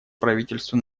правительству